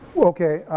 okay,